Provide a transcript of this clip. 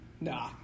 nah